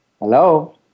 Hello